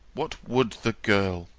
what would the girl?